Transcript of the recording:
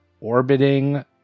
orbiting